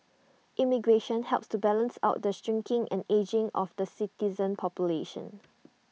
immigration helps to balance out the shrinking and ageing of the citizen population